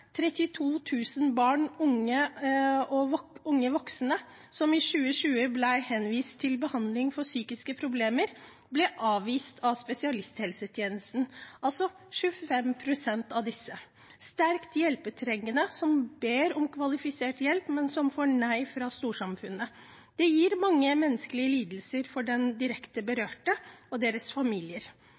unge voksne som i 2020 ble henvist til behandling for psykiske problemer, ble avvist av spesialisthelsetjenesten – altså 25 pst. av henvisningene. Det er sterkt hjelpetrengende som ber om kvalifisert hjelp, men som får nei fra storsamfunnet. Det gir mange lidelser for de direkte berørte og deres familier.